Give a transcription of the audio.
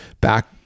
back